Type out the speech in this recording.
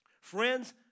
Friends